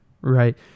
right